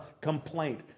complaint